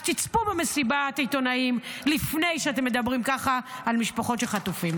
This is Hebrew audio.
אז תצפו במסיבת העיתונאים לפני שאתם מדברים ככה על משפחות של חטופים.